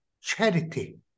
charity